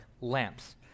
lamps